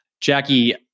Jackie